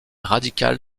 radical